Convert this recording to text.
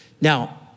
Now